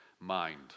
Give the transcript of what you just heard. mind